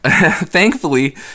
thankfully